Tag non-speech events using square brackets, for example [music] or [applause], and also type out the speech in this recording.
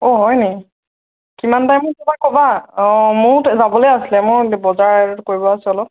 অঁ হয় নি কিমান টাইমত [unintelligible] ক'বা অঁ মোৰ [unintelligible] যাবলৈ আছিলে মোৰ বজাৰত কৰিব আছে অলপ